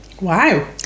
Wow